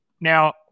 Now